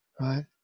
right